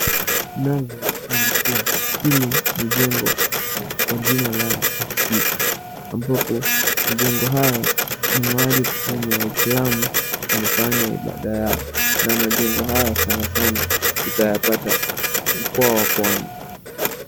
Inavyonekana ni kuwa hili ni jengo Kwa jina la msikiti ambapo majengo haya ni mahali penye Waislamu wanafanya ibada yao. Na majengo haya sana sana utayapata mkoa wa Pwani.